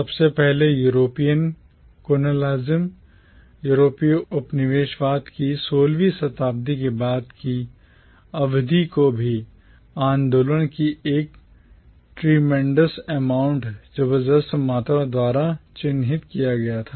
सबसे पहलेEuropean colonialism यूरोपीय उपनिवेशवाद की 16 वीं शताब्दी के बाद की अवधि को भी मानव आंदोलन की एक tremendous amount जबरदस्त मात्रा द्वारा चिह्नित किया गया था